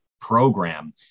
program